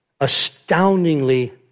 astoundingly